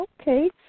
Okay